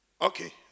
Okay